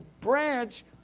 branch